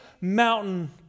mountain